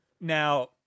now